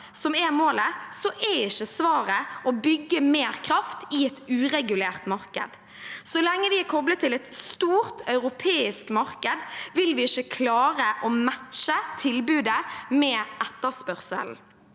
som er målet, er ikke svaret å bygge mer kraft i et uregulert marked. Så lenge vi er koblet til et stort europeisk marked, vil vi ikke klare å matche tilbudet med etterspørselen.